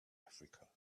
africa